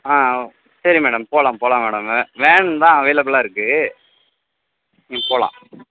ஆ சரி மேடம் போகலாம் போகலாம் மேடம் வேன்தான் அவேலபிலாக இருக்கு ம் போகலாம்